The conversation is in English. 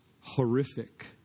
horrific